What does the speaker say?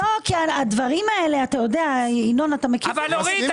אני מבקש שנרכז את